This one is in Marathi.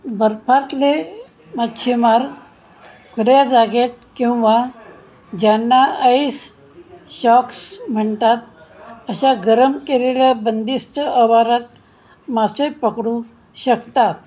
बर्फातले मच्छिमार खुल्या जागेत किंवा ज्यांना आईस शॉक्स म्हणतात अशा गरम केलेल्या बंदिस्त अवारात मासे पकडू शकतात